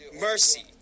mercy